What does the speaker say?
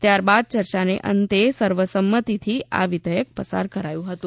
ત્યાર બાદ ચર્ચા અંતે સર્વસંમતીથી આ વિઘેચક પસાર કરાયું હતું